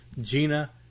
Gina